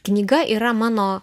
knyga yra mano